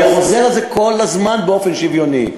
ואני חוזר על זה כל הזמן, באופן שוויוני.